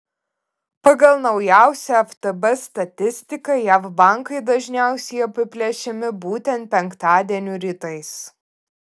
pagal naujausią ftb statistiką jav bankai dažniausiai apiplėšiami būtent penktadienių rytais